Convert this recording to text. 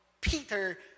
Peter